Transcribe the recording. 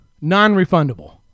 non-refundable